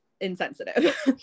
insensitive